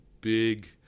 big